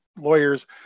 lawyers